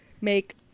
Make